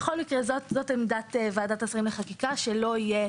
זו עמדת ועדת השרים לחקיקה, שלא יהיה